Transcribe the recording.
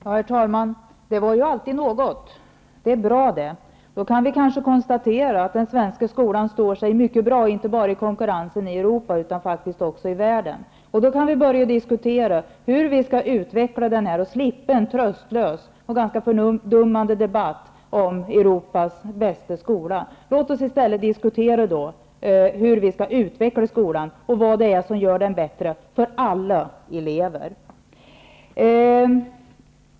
Herr talman! Det var ju alltid något. Det är bra det. Då kan vi kanske konstatera att den svenska skolan står sig mycket bra inte bara i konkurrensen i Europa utan faktiskt också i världen. Vi kan då börja diskutera hur vi skall utveckla den och därmed slippa en tröstlös och ganska fördummande debatt om Europas bästa skola. Låt oss i stället diskutera hur vi skall utveckla skolan och vad det är som gör den bättre för alla elever.